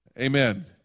Amen